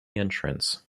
entrance